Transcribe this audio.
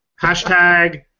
Hashtag